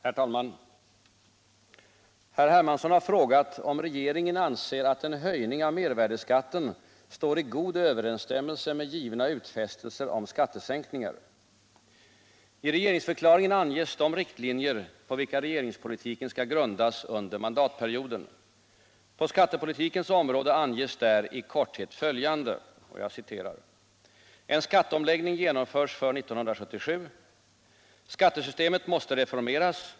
374, och anförde: Herr talman! Herr Hermansson har frågat om regeringen anser att en höjning av mervärdeskatten står i god överensstämmelse med givna utfästelser om skattesänkningar. I regeringsförklaringen anges de riktlinjer på vilka regeringspolitiken skall grundas under mandatperioden. På skattepolitikens område anges där i korthet följande: Skattesystemet måste reformeras.